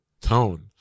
tone